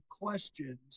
questions